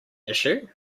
issue